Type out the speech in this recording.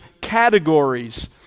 categories